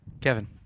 Kevin